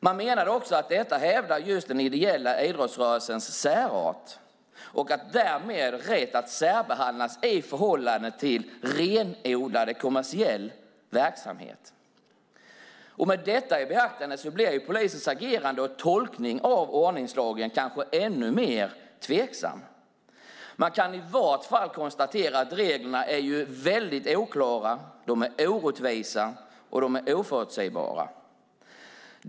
Man menade också att detta hävdar just den ideella idrottsrörelsens särart och därmed rätt att särbehandlas i förhållande till renodlad kommersiell verksamhet. Med detta i beaktande blir polisens agerande och tolkning av ordningslagen kanske ännu mer tveksam. Man kan i varje fall konstatera att reglerna är väldigt oklara, orättvisa och oförutsägbara.